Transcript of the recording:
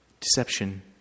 Deception